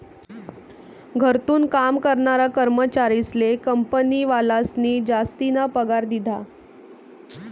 घरथून काम करनारा कर्मचारीस्ले कंपनीवालास्नी जासतीना पगार दिधा